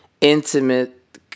intimate